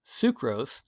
sucrose